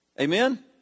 Amen